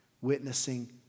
witnessing